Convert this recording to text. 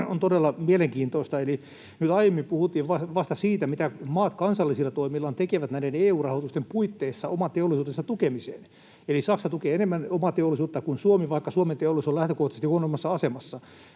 on todella mielenkiintoista. Eli nyt aiemmin puhuttiin vasta siitä, mitä maat kansallisilla toimillaan tekevät näiden EU-rahoitusten puitteissa oman teollisuutensa tukemiseen, eli Saksa tukee enemmän omaa teollisuuttaan kuin Suomi, vaikka Suomen teollisuus on lähtökohtaisesti huonommassa asemassa.